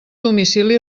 domicili